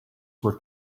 were